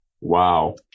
wow